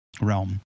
realm